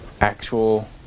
actual